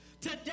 Today